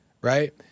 right